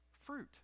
fruit